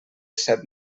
set